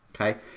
Okay